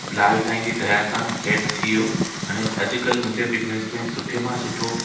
लाल साईं जी दया सां सेट थी वियो अने अॼुकल्ह मुंहिंजे बिज़नस में सुठे मां सुठो